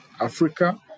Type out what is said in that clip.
Africa